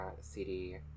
CD